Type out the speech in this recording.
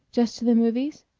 just to the movies?